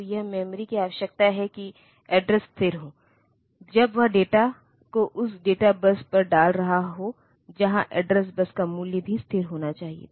तो यह मेमोरी की आवश्यकता है कि एड्रेस स्थिर हो जब वह डेटा को उस डेटा बस पर डाल रहा हो जहां एड्रेस बस का मूल्य भी स्थिर होना चाहिए